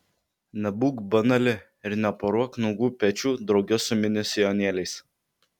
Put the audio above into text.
nebūk banali ir neporuok nuogų pečių drauge su mini sijonėliais